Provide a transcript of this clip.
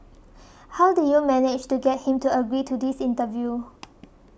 how did you manage to get him to agree to this interview